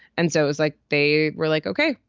and so was like they were like, ok,